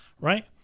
right